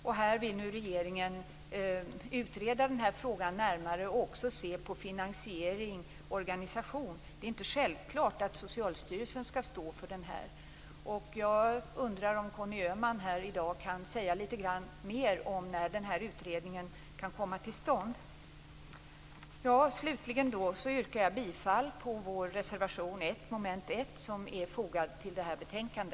Därför vill nu regeringen utreda frågan närmare och också se på finansiering och organisation. Det är inte självklart att Socialstyrelsen skall stå för denna utbildning. Jag undrar om Conny Öhman här i dag kan säga litet mer om när utredningen kan komma till stånd. Slutligen yrkar jag bifall till vår reservation 1 under mom. 1, som är fogad till detta betänkande.